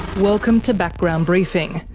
welcome to background briefing,